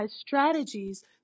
strategies